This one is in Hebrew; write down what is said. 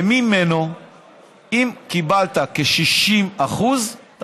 אם קיבלת כ-60% ממנו,